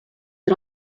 der